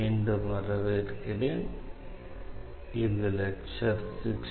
மீண்டும் வரவேற்கிறேன் இது லெக்சர் 60